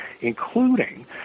including